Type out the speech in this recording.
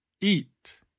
eat